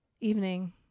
evening